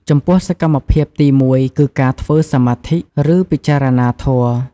ចំពោះ សកម្មភាពទីមួយគឺការធ្វើសមាធិ ឬ ពិចារណាធម៌។